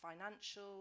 financial